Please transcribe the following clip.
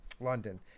London